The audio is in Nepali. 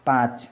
पाँच